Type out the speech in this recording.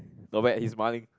not bad his smiling